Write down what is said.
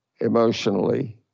emotionally